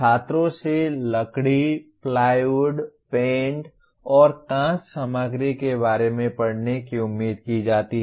छात्रों से लकड़ी प्लाईवुड पेंट और कांच सामग्री के बारे में पढ़ने की उम्मीद की जाती है